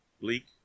bleak